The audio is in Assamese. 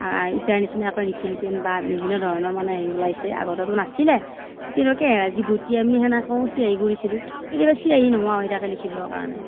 এতিয়াৰ নিচিনাকৈ ৰিফিল পেন বা বিভিন্ন ধৰণৰ মানে হেৰি ওলাইছে আগতেটো নাছিলে তেতিয়া কেঁহেৰাজ বটি আমি সেনেকেও চিঞাঁহী কৰিছিলোঁ কেতিয়াবা চিঞাঁহী নোহোৱা হৈ থাকে লিখিবৰ কাৰণে